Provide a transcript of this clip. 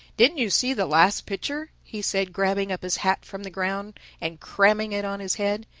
didn't you see the last picture? he said, grabbing up his hat from the ground and cramming it on his head.